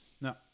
No